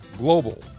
Global